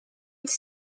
its